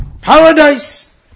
paradise